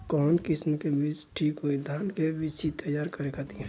कवन किस्म के बीज ठीक होई धान के बिछी तैयार करे खातिर?